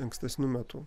ankstesniu metu